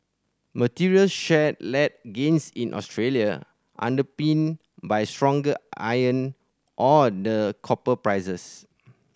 materials share led gains in Australia underpinned by stronger iron ore and copper prices